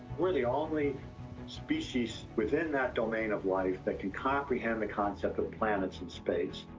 we're the only species within that domain of life that can comprehend the concept of planets in space,